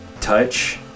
touch